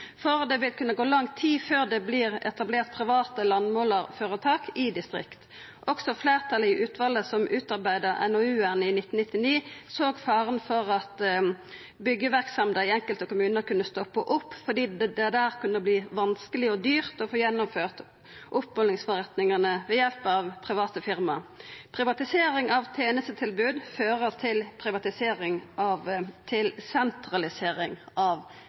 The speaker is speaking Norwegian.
for det vil kunna gå lang tid før det vert etablert private landmålarføretak i distrikta. Også fleirtalet i utvalet som utarbeidde NOU-en i 1999, såg faren for at byggjeverksemda i enkelte kommunar kunne stoppa opp, fordi det der kunna verta vanskeleg og dyrt å få gjennomført oppmålingsforretningane ved hjelp av private firma. Privatisering av tenestetilbod fører til sentralisering av